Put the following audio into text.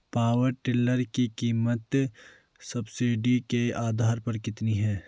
Power tiller की कीमत subsidy के आधार पर कितनी है?